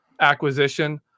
acquisition